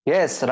Yes